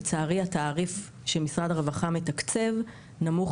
לצערי התעריף שמשרד הרווחה מתקצב נמוך